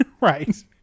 Right